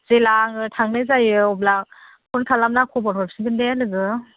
जेला आङो थांनाय जायो अब्ला फन खालामना खबर हरफिनगोन दे लोगो